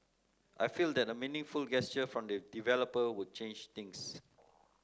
I feel that a meaningful gesture from the developer would change things